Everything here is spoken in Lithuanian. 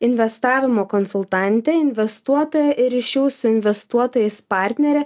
investavimo konsultantė investuotoja ir ryšių su investuotojais partnerė